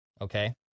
okay